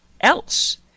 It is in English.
else